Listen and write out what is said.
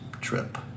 trip